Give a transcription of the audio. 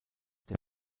der